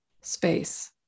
space